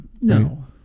No